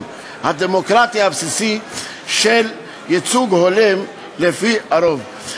הדמוקרטיה הבסיסית של ייצוג הולם לפי הרוב.